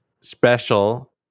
special